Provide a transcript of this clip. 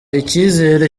icyizere